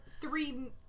three